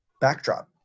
backdrop